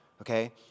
Okay